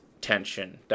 tension